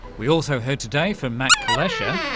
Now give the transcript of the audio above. we also heard today from matt kulesza,